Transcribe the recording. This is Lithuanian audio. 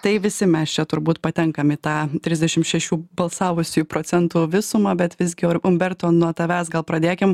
tai visi mes čia turbūt patenkam į tą trisdešim šešių balsavusiųjų procentų visumą bet visgi umberto nuo tavęs gal pradėkim